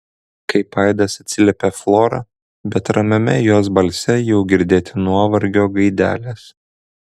kaip aidas atsiliepia flora bet ramiame jos balse jau girdėti nuovargio gaidelės